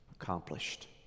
accomplished